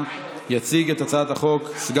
חברת הכנסת תומא סלימאן.